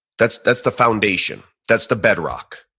that's that's the foundation. that's the bedrock.